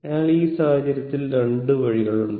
അതിനാൽ ഈ സാഹചര്യത്തിൽ 2 വഴികളുണ്ട്